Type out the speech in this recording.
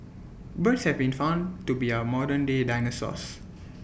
birds have been found to be our modernday dinosaurs